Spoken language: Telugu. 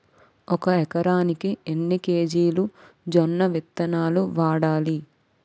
ఒక ఎకరానికి ఎన్ని కేజీలు జొన్నవిత్తనాలు వాడాలి?